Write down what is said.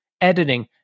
editing